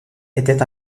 était